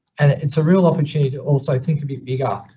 and it's a real opportunity to also think a bit bigger,